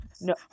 no